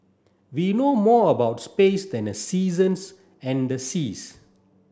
we know more about space than the seasons and the seas